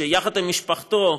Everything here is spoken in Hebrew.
שיחד עם משפחתו,